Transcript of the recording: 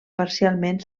parcialment